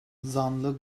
zanlı